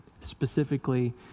Specifically